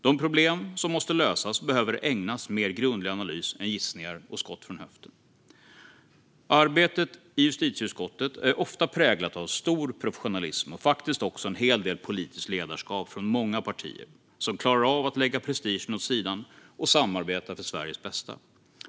De problem som måste lösas behöver ägnas mer grundlig analys än gissningar och skott från höften. Arbetet i justitieutskottet är ofta präglat av stor professionalism och faktiskt också en hel del politiskt ledarskap från många partier som klarar av att lägga prestigen åt sidan och samarbeta för Sveriges bästa.